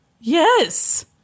Yes